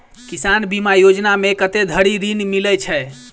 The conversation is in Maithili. किसान बीमा योजना मे कत्ते धरि ऋण मिलय छै?